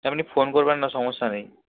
আপনি ফোন করবেন না সমস্যা নেই